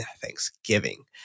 Thanksgiving